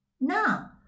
Now